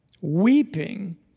weeping